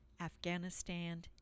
Afghanistan